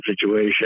situation